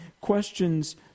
questions